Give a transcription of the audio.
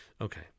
Okay